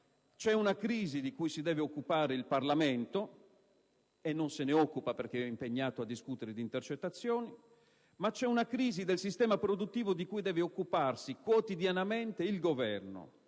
C'è una crisi di cui si deve occupare il Parlamento e non lo fa perché è impegnato a discutere di intercettazioni. Ma vi è una crisi del sistema produttivo di cui deve occuparsi quotidianamente il Governo.